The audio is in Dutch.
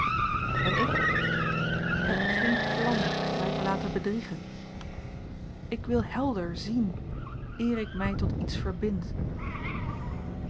en ik heb geen plan mij te laten bedriegen ik wil helder zien eer ik mij tot iets verbind